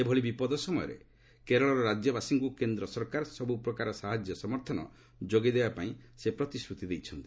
ଏଭଳି ବିପଦ ସମୟରେ କେରଳର ରାଜ୍ୟବାସୀଙ୍କୁ କେନ୍ଦ୍ର ସରକାର ସବୁ ପ୍ରକାର ସାହାଯ୍ୟ ସମର୍ଥନ ଯୋଗାଇ ଦେବାପାଇଁ ସେ ପ୍ରତିଶ୍ରତି ଦେଇଛନ୍ତି